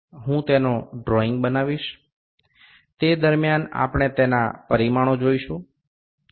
সুতরাং এটি এক ধরনের উপাদান যার আমি চিত্র অঙ্কন করব এবং তার মানগুলি দেখাব